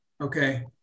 Okay